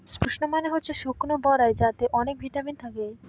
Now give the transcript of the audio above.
prunes মানে হচ্ছে শুকনো বরাই যাতে অনেক ভিটামিন থাকে